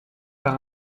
par